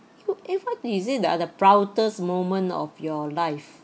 who~ eh what is it ah the proudest moment of your life